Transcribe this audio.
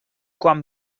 quan